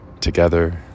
together